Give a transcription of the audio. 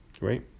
Right